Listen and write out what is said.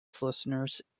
listeners